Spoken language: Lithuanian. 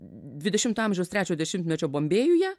dvidešimto amžiaus trečio dešimtmečio bombėjuje